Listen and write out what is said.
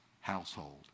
household